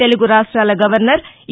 తెలుగు రాష్ట్రాల గవర్నర్ ఈ